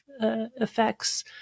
effects